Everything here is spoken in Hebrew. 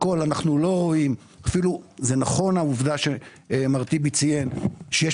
ואומר שנכונה העובדה שמר טיבי ציין שיש